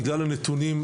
בגלל הנתונים,